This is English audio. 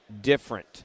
different